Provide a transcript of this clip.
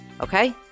Okay